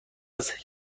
است